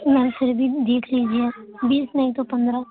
میم پھر بھی دیکھ لیجیے بیس نہیں تو پندرہ